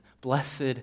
blessed